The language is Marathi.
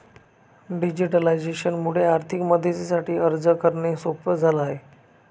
डिजिटलायझेशन मुळे आर्थिक मदतीसाठी अर्ज करणे सोप झाला आहे